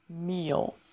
meal